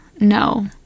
no